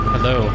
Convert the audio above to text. Hello